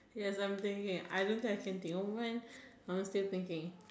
yes I'm thinking I don't think I can think oh man I'm still thinking